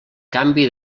canvi